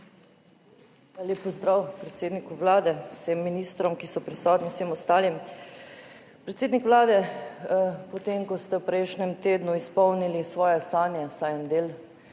Lep pozdrav predsedniku Vlade, vsem ministrom, ki so prisotni, vsem ostalim! Predsednik Vlade, potem ko ste v prejšnjem tednu izpolnili svoje sanje, vsaj en del,